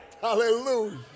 Hallelujah